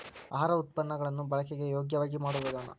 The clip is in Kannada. ಆಹಾರ ಉತ್ಪನ್ನ ಗಳನ್ನು ಬಳಕೆಗೆ ಯೋಗ್ಯವಾಗಿ ಮಾಡುವ ವಿಧಾನ